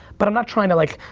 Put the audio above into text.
but i'm not trying to like,